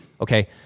Okay